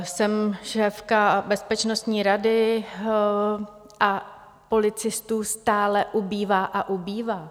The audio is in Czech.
Jsem šéfka bezpečnostní rady a policistů stále ubývá a ubývá.